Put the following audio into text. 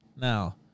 Now